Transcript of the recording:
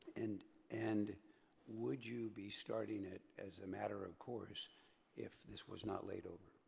and and would you be starting it as a matter of course if this was not laid over?